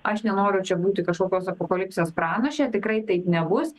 aš nenoriu čia būti kažkokios apokalipsės pranaše tikrai taip nebus